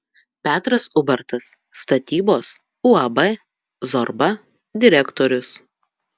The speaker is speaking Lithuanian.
petras ubartas statybos uab zorba direktorius